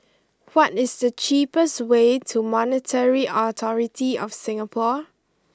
what is the cheapest way to Monetary Authority Of Singapore